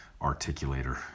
articulator